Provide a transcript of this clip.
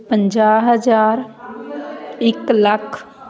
ਪੰਜਾਹ ਹਜ਼ਾਰ ਇੱਕ ਲੱਖ